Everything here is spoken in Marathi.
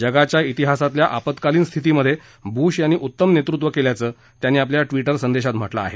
जगाच्या तिहासातल्या आपत्कालीन स्थितीमधे ब्श यांनी उत्तम नेतृत्व केल्याचं प्रधानमंत्र्यांनी आपल्या ट्विटर संदेशात म्हटलं आहे